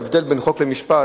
ההבדל בין חוק למשפט,